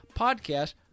podcast